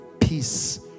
Peace